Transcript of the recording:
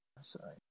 sorry